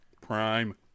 Prime